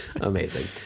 Amazing